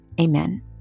amen